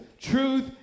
Truth